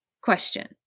question